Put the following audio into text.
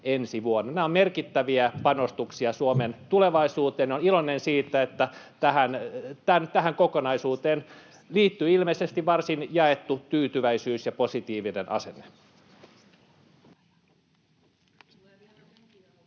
Nämä ovat merkittäviä panostuksia Suomen tulevaisuuteen. Olen iloinen siitä, että tähän kokonaisuuteen liittyy ilmeisesti varsin jaettu tyytyväisyys ja positiivinen asenne.